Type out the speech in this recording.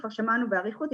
שבענו באריכות,